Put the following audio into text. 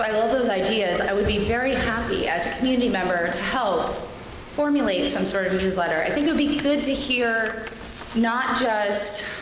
i love those ideas. i would be very happy as a community member to help formulate some sort of newsletter. i think it would be good to hear not just.